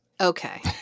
Okay